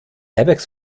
airbags